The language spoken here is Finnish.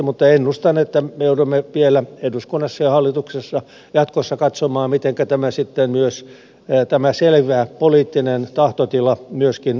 mutta ennustan että me joudumme vielä eduskunnassa ja hallituksessa jatkossa katsomaan mitenkä tämä selvä poliittinen tahtotila myöskin sitten turvataan